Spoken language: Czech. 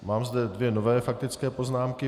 Mám zde dvě nové faktické poznámky.